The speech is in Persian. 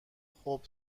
خوب